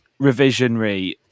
revisionary